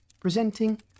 Presenting